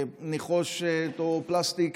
נחושת או פלסטיק,